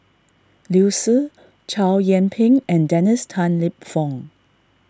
Liu Si Chow Yian Ping and Dennis Tan Lip Fong